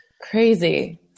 Crazy